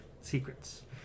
secrets